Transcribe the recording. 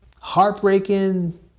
heartbreaking